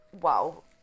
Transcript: wow